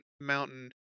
mountain